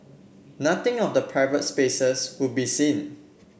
nothing of the private spaces would be seen